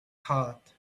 heart